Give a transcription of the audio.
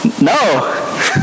No